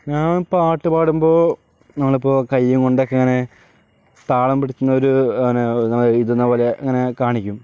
ഞാൻ പാട്ട് പാടുമ്പോൾ നമ്മളിപ്പോൾ കൈ കൊണ്ടൊക്കെ ഇങ്ങനെ താളം പിടിക്കുന്ന ഒരു ഇങ്ങനെ ഇതിന്നാ പോലെ ഇങ്ങനെ കാണിക്കും